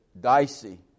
dicey